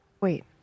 wait